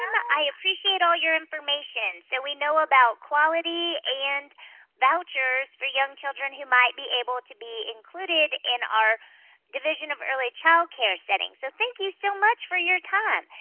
i appreciate all your information. so we know about quality and vouchers for young children who might be able to be included in our division of early child care settings. so thank you so much for your time.